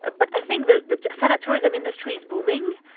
ah but i think that the thanatourism industry is booming,